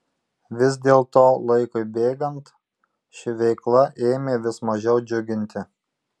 vis dėlto laikui bėgant ši veikla ėmė vis mažiau džiuginti